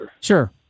Sure